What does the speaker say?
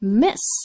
miss